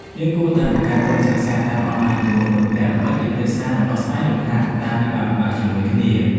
យើងគួរតែបង្កើតក្រុមសិក្សាតាមអនឡាញជាមួយមិត្តភក្តិដើម្បីពិភាក្សានិងដោះស្រាយលំហាត់ដែលពិបាកៗជាមួយគ្នា។